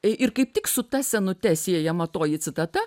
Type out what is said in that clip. ir kaip tik su ta senute siejama toji citata